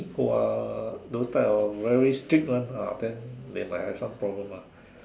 who are those type of very strict one ah then they might have some problems ah